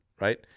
right